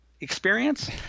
Experience